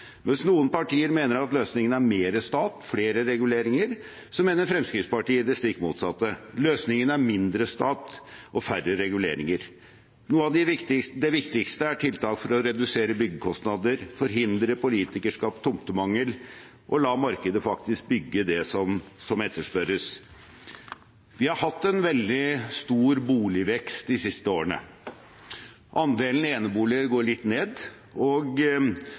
Hvis noen partier mener at løsningen er mer stat, flere reguleringer, mener Fremskrittspartiet det stikk motsatte. Løsningen er mindre stat og færre reguleringer. Noe av det viktigste er tiltak for å redusere byggekostnader, forhindre politikerskapt tomtemangel og la markedet faktisk bygge det som etterspørres. Vi har hatt en veldig stor boligvekst de siste årene. Andelen eneboliger går litt ned, og